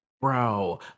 Bro